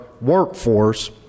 workforce